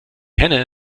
henne